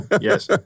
yes